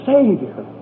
Savior